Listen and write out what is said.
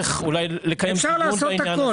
אפשר לעשות הכול.